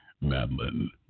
Madeline